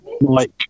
Mike